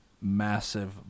massive